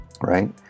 Right